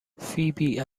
فیبی